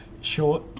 short